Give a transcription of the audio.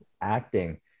acting